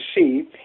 see